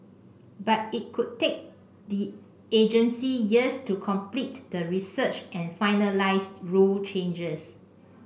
but it could take the agency years to complete the research and finalise rule changes